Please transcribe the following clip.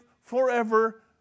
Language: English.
forever